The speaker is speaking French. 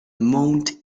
mount